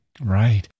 Right